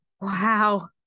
wow